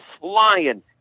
flying